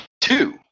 Two